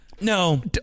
no